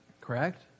Correct